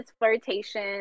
flirtation